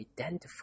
identify